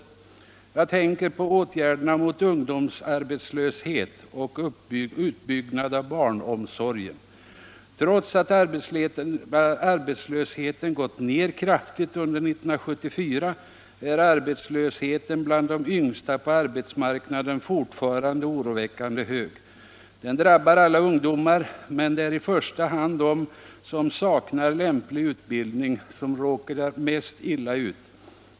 Jag tänker på åtgärderna mot ungdomsarbetslöshet och utbyggnaden av barnomsorgen. Trots att arbetslösheten gått ner kraftigt under 1974 är arbetslösheten bland de yngsta på arbetsmarknaden fortfarande oroväckande hög. Den drabbar alla ungdomar, men det är i första hand de som saknar lämplig utbildning som råkar mest illa ut.